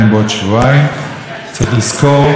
צריך לזכור שתפקידו של ראש עיר,